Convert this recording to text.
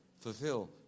fulfill